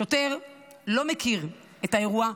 השוטר לא מכיר את האירוע.